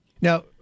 Now